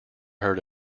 heard